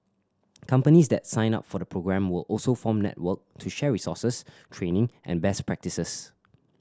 companies that sign up for the programme will also form network to share resources training and best practises